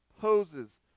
poses